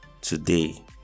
Today